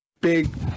big